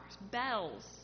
bells